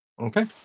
okay